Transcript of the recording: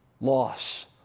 loss